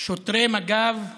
ששוטרי מג"ב